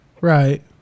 Right